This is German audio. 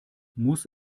muss